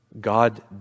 God